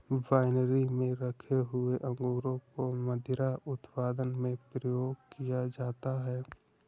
winery में रखे हुए अंगूरों को मदिरा उत्पादन में प्रयोग किया जाता है